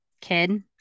kid